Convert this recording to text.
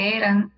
eran